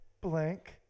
blank